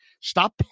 stop